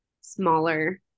smaller